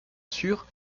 sur